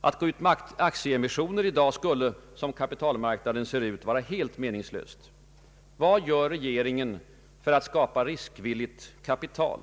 Att gå ut med aktieemissioner i dag skulle — som kapitalmarknaden ser ut — vara helt meningslöst. Vad gör regeringen för att skapa riskvilligt kapital?